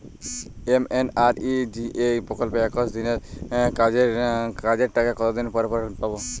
MNREGA প্রকল্পে একশ দিনের কাজের টাকা কতদিন পরে পরে পাব?